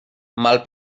mal